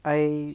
I